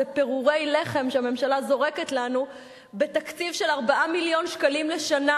זה פירורי לחם שהממשלה זורקת לנו בתקציב של 4 מיליון שקלים לשנה